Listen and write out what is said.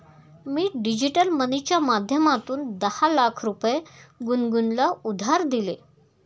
मी digital मनीच्या माध्यमातून दहा लाख रुपये गुनगुनला उधार दिले